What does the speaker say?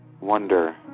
Wonder